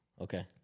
Okay